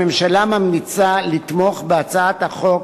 הממשלה ממליצה לתמוך בהצעת החוק